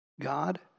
God